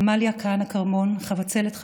עמליה כהנא-כרמון, חבצלת חבשוש,